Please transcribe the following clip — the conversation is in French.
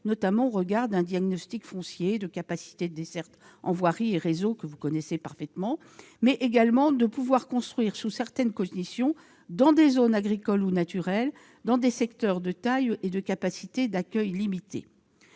notamment au regard d'un diagnostic foncier de capacité de desserte en voirie et réseaux, mais aussi pour pouvoir construire sous certaines conditions, dans des zones agricoles ou naturelles, dans des secteurs de taille et de capacités d'accueil limitées.